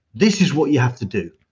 this is what you have to do.